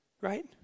right